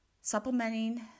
supplementing